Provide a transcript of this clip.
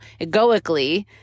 egoically